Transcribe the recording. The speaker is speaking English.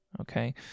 Okay